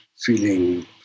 Feeling